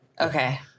Okay